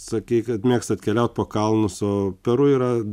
sakei kad mėgstat keliaut po kalnus o peru yra